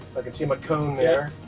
i can see my cone there.